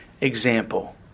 example